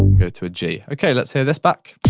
go to a g, okay let's hear this back.